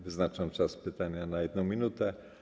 Wyznaczam czas pytania na 1 minutę.